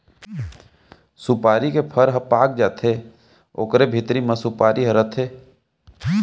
सुपारी के फर ह पाक जाथे ओकरे भीतरी म सुपारी ह रथे